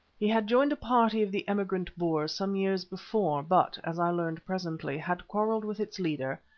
he had joined a party of the emigrant boers some years before, but, as i learned presently, had quarrelled with its leader,